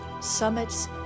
summits